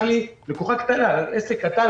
לקוחה קטנה, עסק קטן.